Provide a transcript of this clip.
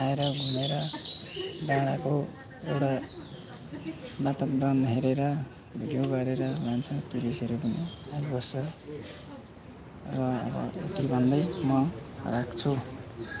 आएर घुमेर डाँडाको एउटा वातावरण हेरेर भिडियो गरेर लान्छ टुरिस्टहरू पनि आइबस्छ र अब यति भन्दै म राख्छु